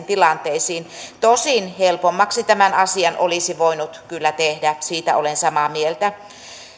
tilanteisiin tosin helpommaksi tämän asian olisi voinut kyllä tehdä siitä olen samaa mieltä